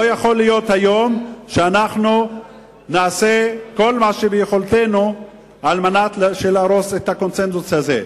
לא יכול להיות היום שנעשה את כל שביכולתנו כדי להרוס את הקונסנזוס הזה.